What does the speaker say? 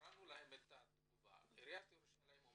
הקראנו לכם את תגובת עירית ירושלים.